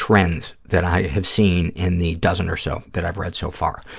trends that i have seen in the dozen or so that i've read so far.